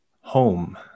Home